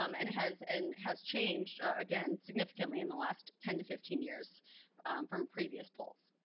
um and it has and has changed, again, significantly in the last ten to fifteen years from previous polls.